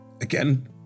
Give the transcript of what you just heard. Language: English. again